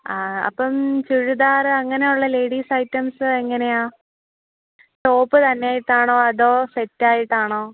ആ അപ്പം ചുരിദാർ അങ്ങനെയുള്ള ലേഡീസ് ഐറ്റംസ് എങ്ങനെയാണ് ടോപ്പ് തന്നെ ആയിട്ടാണോ അതോ സെറ്റ് ആയിട്ടാണോ